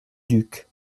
duc